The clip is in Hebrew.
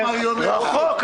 זה רחוק,